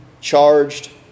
charged